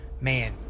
man